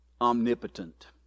omnipotent